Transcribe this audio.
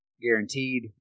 guaranteed